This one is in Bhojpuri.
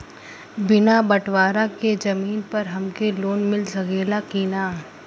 बिना बटवारा के जमीन पर हमके लोन मिल सकेला की ना?